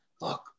look